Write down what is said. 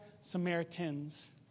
Samaritans